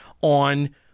on